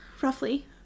Roughly